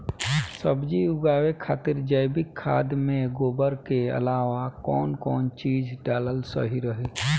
सब्जी उगावे खातिर जैविक खाद मे गोबर के अलाव कौन कौन चीज़ डालल सही रही?